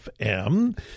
FM